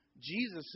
Jesus